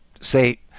say